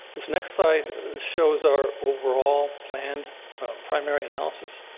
this next slide shows our overall planned primary analysis.